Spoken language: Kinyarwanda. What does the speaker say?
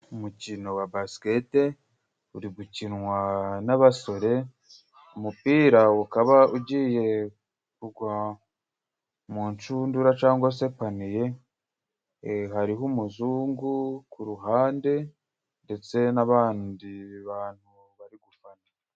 Umukino wa basikeiti uri gukinwa n'abasore, umupira ukaba ugiye kugwa mu nshundura cyangwa se paniye, hariho umuzungu ku ruhande, ndetse n'abandi bantu bari gufana.